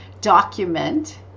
document